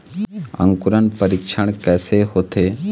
अंकुरण परीक्षण कैसे होथे?